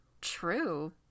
true